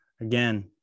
again